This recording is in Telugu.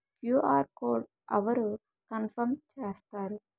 క్యు.ఆర్ కోడ్ అవరు కన్ఫర్మ్ చేస్తారు?